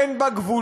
אין בה גבולות,